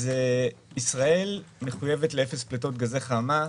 ישראל מחויבת לאפס פליטות גזי חממה.